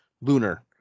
Lunar